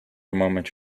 moment